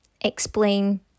explain